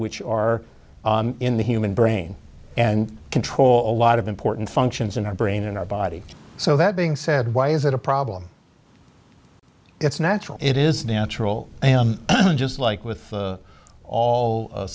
which are in the human brain and control a lot of important functions in our brain in our body so that being said why is that a problem it's natural it is natural just like with all